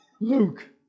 Luke